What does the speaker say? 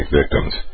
victims